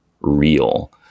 real